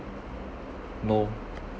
no